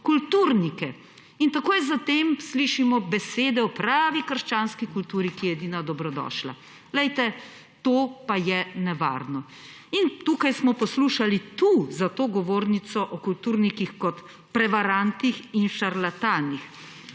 kulturnike, in takoj zatem slišimo besede o pravi krščanski kulturi, ki je edina dobrodošla. Glejte, to pa je nevarno. In tu, za to govornico smo poslušali o kulturnikih kot prevarantih in šarlatanih.